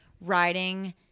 riding